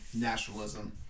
nationalism